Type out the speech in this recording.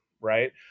right